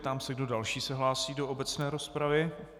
Ptám se, kdo další se hlásí do obecné rozpravy.